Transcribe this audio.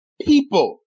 people